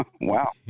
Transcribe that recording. Wow